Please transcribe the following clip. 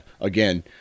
Again